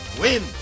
win